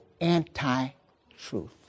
anti-truth